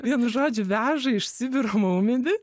vienu žodžiu veža iš sibiro maumedį